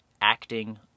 acting